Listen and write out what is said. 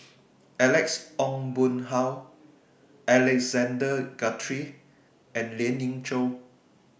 Alex Ong Boon Hau Alexander Guthrie and Lien Ying Chow